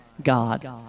God